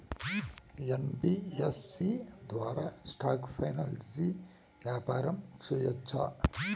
NBFC ద్వారా stock exchange వ్యాపారం సేయొచ్చా?